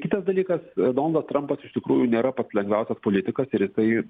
kitas dalykas donaldas trampas iš tikrųjų nėra pats lengviausias politikas ir jisai